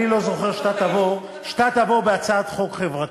תקשיב, אני לא זוכר שאתה הבאת הצעת חוק חברתית.